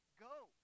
Go